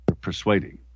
persuading